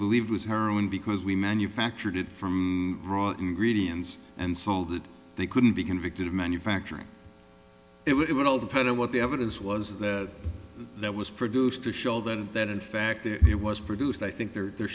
believe was heroin because we manufactured it from raw ingredients and sold it they couldn't be convicted of manufacturing it would all depend on what the evidence was that that was produced to show that that in fact it was produced i think there there